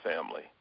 family